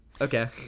okay